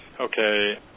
okay